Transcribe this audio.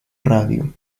radio